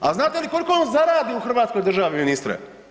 A znate li koliko on zaradi u Hrvatskoj državi ministre?